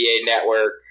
Network